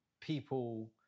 people